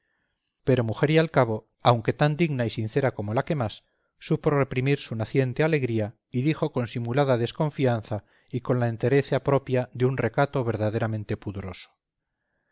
pero mujer al cabo aunque tan digna y sincera como la que más supo reprimir su naciente alegría y dijo con simulada desconfianza y con la entereza propia de un recato verdaderamente pudoroso